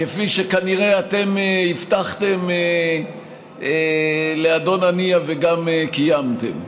כפי שכנראה אתם הבטחתם לאדון הנייה, וגם קיימתם.